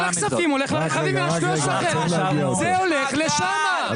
זה הולך לשם.